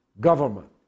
government